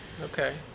Okay